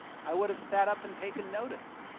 i would have sat up and taken notice.